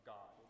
God